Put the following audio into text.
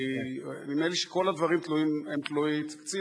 כי נדמה לי שכל הדברים הם תלויי תקציב.